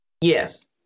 Yes